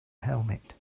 helmet